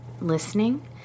listening